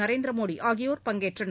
நரேந்திரமோடிஆகியோர் பஙகேற்றனர்